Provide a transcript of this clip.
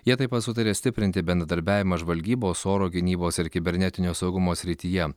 jie taip pat sutarė stiprinti bendradarbiavimą žvalgybos oro gynybos ir kibernetinio saugumo srityje